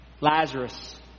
Lazarus